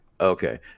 Okay